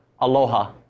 Aloha